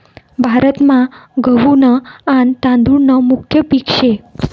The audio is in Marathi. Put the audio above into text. भारतमा गहू न आन तादुळ न मुख्य पिक से